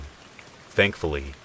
Thankfully